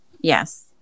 Yes